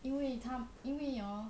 因为他因为 orh